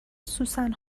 سوسن